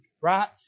right